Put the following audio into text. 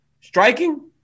striking